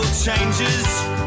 Changes